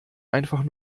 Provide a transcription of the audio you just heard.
einfach